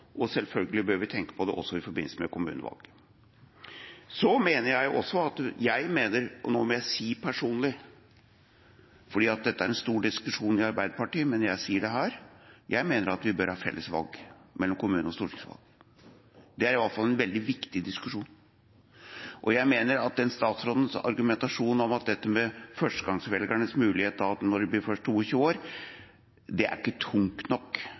det i forbindelse med kommunevalg. Jeg personlig – og nå må jeg si «jeg personlig», for dette er en stor diskusjon i Arbeiderpartiet – mener at vi bør ha felles valgdag for kommune- og stortingsvalg. Det er i alle fall en veldig viktig diskusjon. Statsrådens argumentasjon om at førstegangsvelgerne da først får muligheten til å stemme når de blir 22 år, er ikke tungtveiende nok